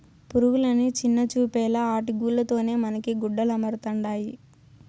పురుగులని చిన్నచూపేలా ఆటి గూల్ల తోనే మనకి గుడ్డలమరుతండాయి